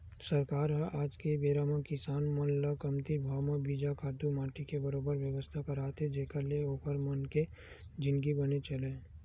सरकार ह आज के बेरा म किसान मन ल कमती भाव म बीजा, खातू माटी के बरोबर बेवस्था करात हे जेखर ले ओखर मन के जिनगी बने चलय